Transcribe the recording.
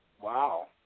Wow